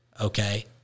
okay